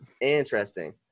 Interesting